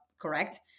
correct